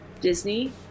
Disney